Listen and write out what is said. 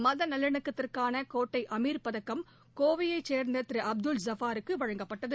மத நல்லிணக்கத்திற்கான கோட்டை அமீர் பதக்கம் கோவையைச் சேர்ந்த திரு அப்துல் ஐபாருக்கு வழங்கப்பட்டது